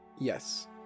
Yes